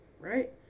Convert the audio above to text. right